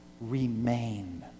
remain